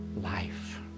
life